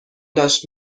داشت